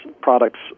products